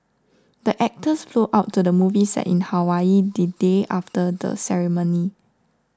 the actors flew out to the movie set in Hawaii the day after the ceremony